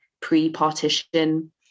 pre-partition